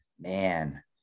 man